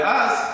ואז,